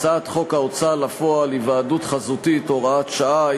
הצעת חוק ההוצאה לפועל (היוועדות חזותית) (הוראת שעה),